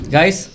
Guys